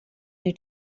you